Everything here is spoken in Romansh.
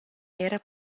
era